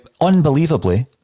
unbelievably